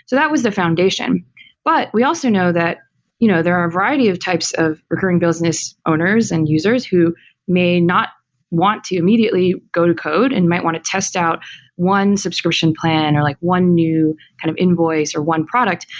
that was the foundation but we also know that you know there are a variety of types of recurring business owners and users who may not want to immediately go to code and might want to test out one subscription plan, or like one new kind of invoice, or one product.